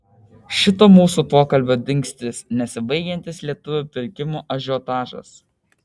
šito mūsų pokalbio dingstis nesibaigiantis lietuvių pirkimo ažiotažas